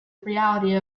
reality